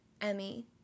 Emmy